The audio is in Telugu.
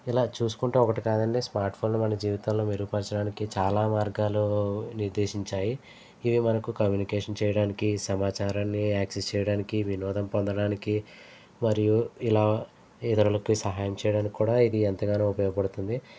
ఇలా చూసుకుంటే ఒకటి కాదండి స్మార్ట్ ఫోన్లు మన జీవితంలో మెరుగుపరచడానికి చాలా మార్గాలు నిర్దేశించాయి ఇవి మనకు కమ్మూనికేషన్ చేయడానికి సమాచారాన్ని యాక్సస్ చేయడానికి వినోదం పొందడానికి మరియు ఇలా ఇతరులకి సహాయం చేయడానికి కూడా ఇది ఎంతగానో ఉపయోగపడుతుంది